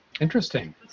Interesting